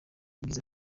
yagize